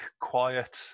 quiet